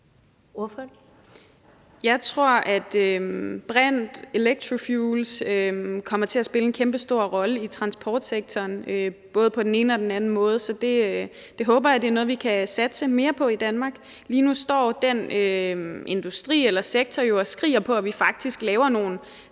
Jeg tror, at brint og elektrofuels kommer til at spille en kæmpestor rolle i transportsektoren, både på den ene og den anden måde. Så jeg håber, det er noget, vi kan satse mere på i Danmark. Lige nu står den sektor jo og skriger på, at vi også faktisk laver nogle